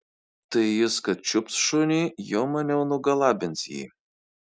tai jis kad čiups šunį jau maniau nugalabins jį